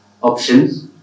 options